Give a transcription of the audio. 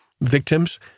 victims